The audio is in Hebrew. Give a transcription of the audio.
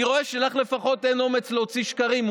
אני רואה שלך לפחות אין אומץ להוציא שקרים.